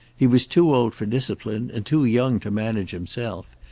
he was too old for discipline and too young to manage himself.